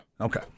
Okay